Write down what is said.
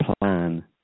plan